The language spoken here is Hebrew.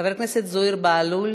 חבר הכנסת זוהיר בהלול,